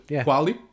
Quality